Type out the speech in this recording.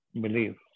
believe